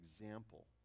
example